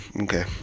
okay